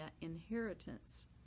inheritance